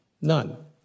none